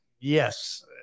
yes